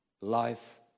life